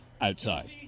Outside